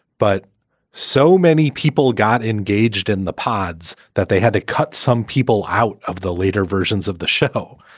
but so many people got engaged in the pods that they had to cut some people out of the later versions of the show.